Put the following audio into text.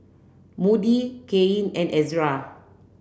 Moody Kaelyn and Ezra